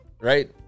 right